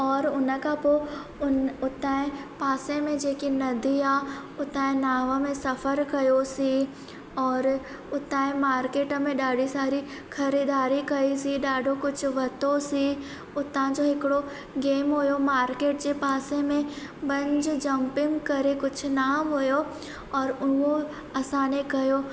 औरि उन खां पोइ उन हुतां जे पासे में जेकी नदी आहे उतां जे नाव में सफ़रु कयोसीं औरि हुतां जे मार्केट में ॾाढी सारे ख़रीददारी कईसीं ॾाढो कुझु वरितोसीं उतां जो हिकिड़ो गेम हुओ मार्केट जे पासे में बंज जंपिंग करे कुझु नाम हुओ और उहो असां ने कयो